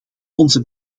onze